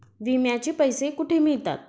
विम्याचे पैसे कुठे मिळतात?